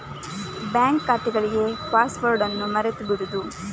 bank ಖಾತೆಗಳಿಗೆ password ಅನ್ನು ಮರೆತು ಬಿಡುವುದು